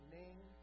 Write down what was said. name